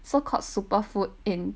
so called super food in